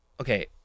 Okay